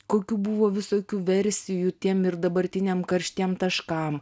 kokių buvo visokių versijų tiem ir dabartiniam karštiem taškam